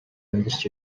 амьдарч